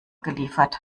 geliefert